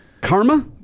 Karma